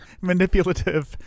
Manipulative